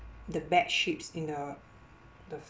the bad sheeps in the the